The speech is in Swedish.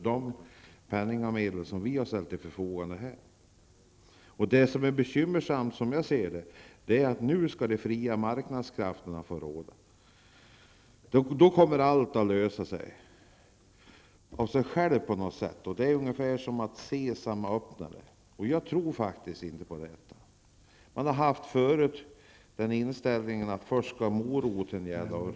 Det bekymmersamma i sammanhanget är att de fria marknadskrafterna nu skall få råda. Somliga tror att allt därmed kommer att lösas av sig självt. Det är ungefär som Sesam, öppna dig! Jag tror faktiskt inte på det. Tidigare har inställningen varit den att först skall moroten gälla.